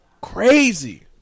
Crazy